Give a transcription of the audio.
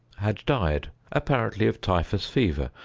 had died, apparently of typhus fever,